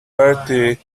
bertie